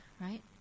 right